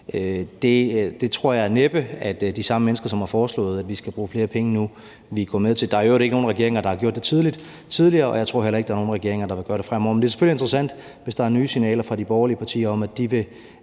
Det tror jeg næppe at de samme mennesker, som har foreslået, at vi skal bruge penge nu, ville gå med til. Der er i øvrigt ikke nogen regeringer, der har gjort det tidligere, og tror jeg heller ikke, at der er nogen regeringer, der vil gøre det fremover. Men det er selvfølgelig interessant, hvis der er nye signaler fra de borgerlige partier om, at de vil